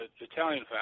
Italian